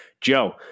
Joe